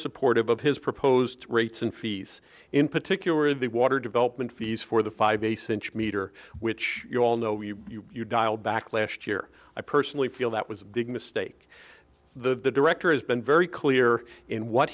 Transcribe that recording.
supportive of his proposed rates and fees in particular the water development fees for the five a synch meter which you all know we dial back last year i personally feel that was a big mistake the director has been very clear in what